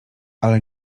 ale